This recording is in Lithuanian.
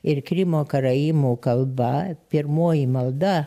ir krymo karaimų kalba pirmoji malda